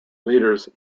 leaders